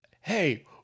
Hey